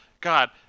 God